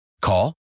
Call